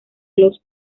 los